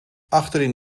achterin